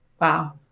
Wow